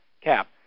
cap